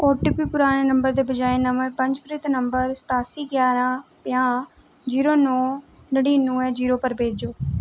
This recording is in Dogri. ओ टी पी पुराने नंबर दे बजाए नमें पंजकृत नंबर सतासी ग्यारा पंजाह् जीरो नौ नड़िनुए जीरो पर भेजो